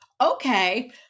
okay